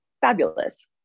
fabulous